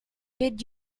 did